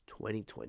2020